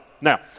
Now